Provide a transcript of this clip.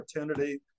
opportunity